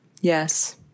Yes